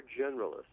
generalists